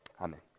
Amen